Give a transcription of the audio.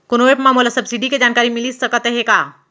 कोनो एप मा मोला सब्सिडी के जानकारी मिलिस सकत हे का?